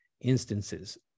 instances